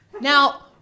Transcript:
now